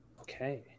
Okay